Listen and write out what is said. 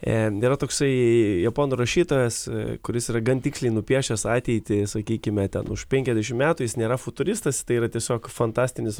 nėra toksai japonų rašytojas kuris yra gan tiksliai nupiešęs ateitį sakykime ten už penkiasdešimt metų jis nėra futuristas tai yra tiesiog fantastinis